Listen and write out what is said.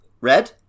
Red